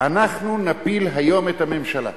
אנחנו נפיל היום את הממשלה.